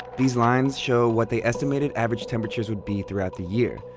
these lines show what they estimated average temperatures would be throughout the year,